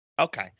Okay